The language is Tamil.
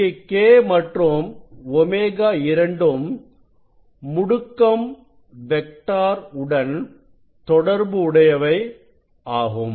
இங்கே k மற்றும் ω இரண்டும் முடுக்கம் வெக்டார் உடன் தொடர்பு உடையவை ஆகும்